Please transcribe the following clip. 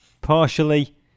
Partially